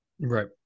Right